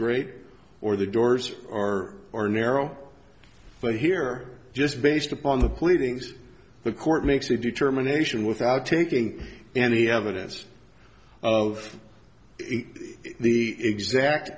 great or the doors or are narrow but here are just based upon the pleadings the court makes a determination without taking any evidence of the exact